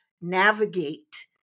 navigate